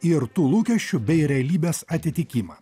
ir tų lūkesčių bei realybės atitikimą